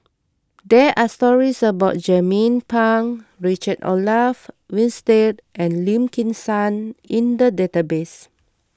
there are stories about Jernnine Pang Richard Olaf Winstedt and Lim Kim San in the database